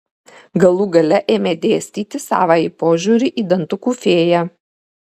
galų gale ėmė dėstyti savąjį požiūrį į dantukų fėją